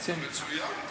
רוצים, מצוין.